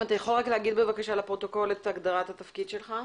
אם אתה יכול רק להגיד בבקשה לפרוטוקול את הגדרת התפקיד שלך.